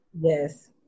yes